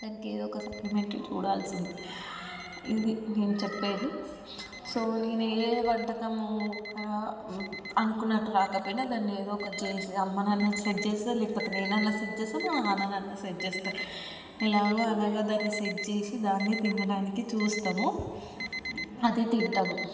దానికేదొక supplementary చూడాలిసిందే ఇది నేను చెప్పేది సో నేను ఏ వంటకం కరా అనుకున్నట్టు రాకపోయినా దాన్ని ఏదొకటి చేసి అమ్మనయినా సెట్ చేసో లేకపోతే నేనన్నా సెట్ చేసో మా నాన్ననన్నా సెట్ చేస్తాను ఎలాగో అలాగ దాన్ని సెట్ చేసి దాన్నే తినడానికి చూస్తాము అది తింటము